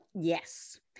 Yes